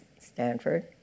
Stanford